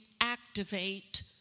activate